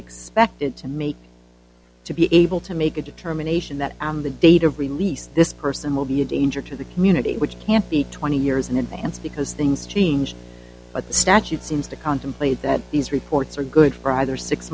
expected to make to be able to make a determination that on the date of release this person will be a danger to the community which can't be twenty years in advance because things change but the statute seems to contemplate that these reports are good for either six